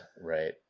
right